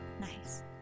Nice